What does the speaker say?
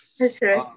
Okay